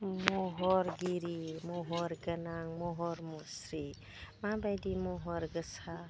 महरगिरि महर गोनां महर मुस्रि माबायदि महर गोसा